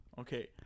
Okay